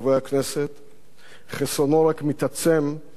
חסרונו רק מתעצם ככל שעוברים הימים.